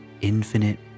infinite